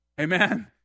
Amen